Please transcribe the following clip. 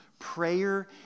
Prayer